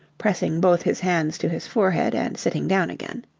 pressing both his hands to his forehead and sitting down again.